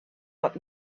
what